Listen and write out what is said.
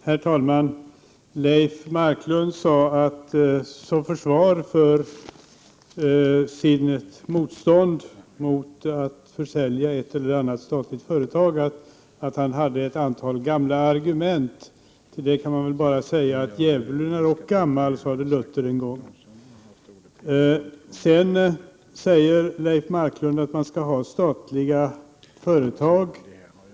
Herr talman! Som försvar för sitt motstånd mot försäljning av ett eller annat statligt företag sade Leif Marklund att han hade ett antal gamla argument. På detta kan man väl svara som Luther en gång gjorde: Djävulen är ock gammal.